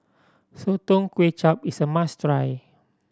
Sotong Char Kway is a must try